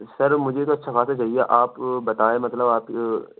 سر مجھے تو اچھا خاصہ چاہیے آپ بتائیں مطلب آپ